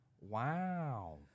Wow